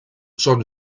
són